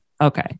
Okay